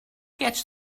gets